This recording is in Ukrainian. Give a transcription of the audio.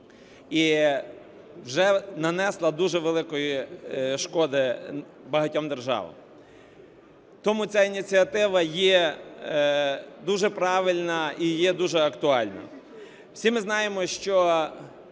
і вже нанесла дуже великої шкоди багатьом державам. Тому ця ініціатива є дуже правильна і є дуже актуальна. Всі ми знаємо, що